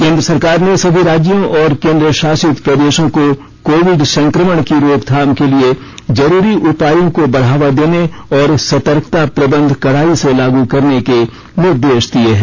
केन्द्र सरकार ने सभी राज्यों और केन्द्र शासित प्रदेशों को कोविड संक्रमण की रोकथाम के लिये जरूरी उपायों को बढ़ावा देने और सतर्कता प्रबंध कड़ाई से लागू करने के निर्देश दिये हैं